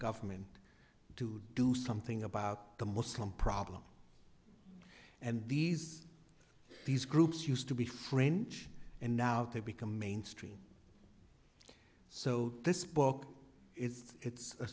government to do something about the muslim problem and these these groups used to be french and now they become mainstream so this book is it's a